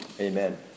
amen